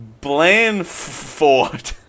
Blandford